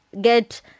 Get